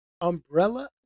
Umbrella